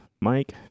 Mike